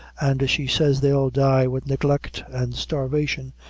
and she says they'll die wid neglect and starvation,